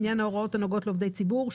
לעניין ההוראות הנוגעות לעובדי הציבור.